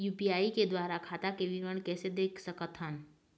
UPI के द्वारा खाता के विवरण कैसे देख सकत हन?